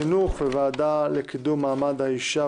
"התערבות מיידית ומציאת פתרונות לתופעת רצח הנשים בחברה הישראלית",